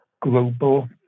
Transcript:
global